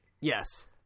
Yes